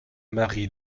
marie